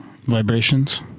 vibrations